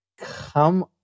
come